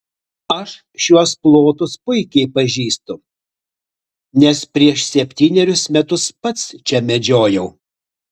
aš šiuos plotus puikiai pažįstu nes prieš septynerius metus pats čia medžiojau